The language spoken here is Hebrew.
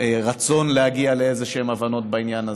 הרצון להגיע לאיזשהן הבנות בעניין הזה.